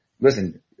listen